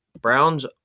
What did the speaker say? Browns